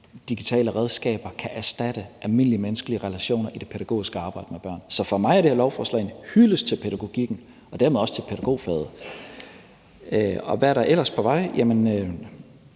digitale redskaber kan erstatte almindelige menneskelige relationer i det pædagogiske arbejde med børn. Så for mig er det her lovforslag en hyldest til pædagogikken og dermed også til pædagogfaget. Hvad er der ellers på vej? Jamen